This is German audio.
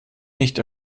nicht